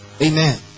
Amen